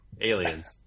aliens